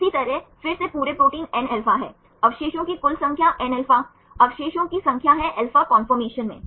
इसी तरह फिर से पूरे प्रोटीन nα है अवशेषों की कुल संख्या nα alpha अवशेषों की संख्या है अल्फा कन्फोर्मशन मै